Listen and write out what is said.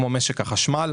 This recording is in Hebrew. כמו משק החשמל.